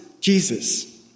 Jesus